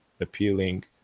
appealing